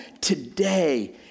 today